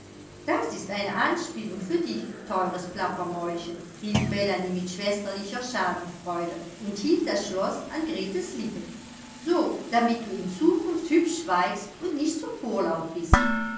das ist eine anspielung für dich teures plappermäulchen rief melanie mit schwesterlicher schadenfreude und hielt das schloß an gretes lippen so damit du in zukunft hübsch schweigst und nicht so vorlaut bist